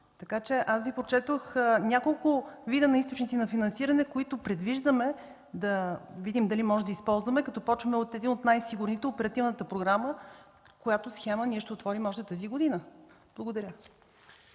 ресурс. Прочетох Ви няколко вида източници на финансиране, които предвиждаме да видим дали можем да използваме, като започнем от един от най-сигурните – оперативната програма, която схема ще отворим още тази година. Благодаря.